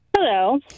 Hello